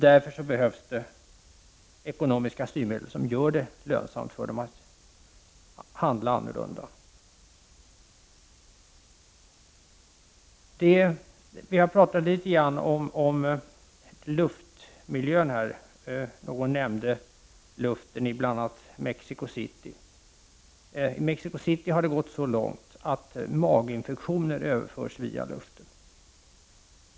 Därför behövs det ekonomiska styrmedel som gör det lönsamt för dem att handla annorlunda. Vi har pratat litet om luftmiljön. Någon nämnde luften i bl.a. Mexico City, där det har gått så långt att maginfektioner överförs via luften.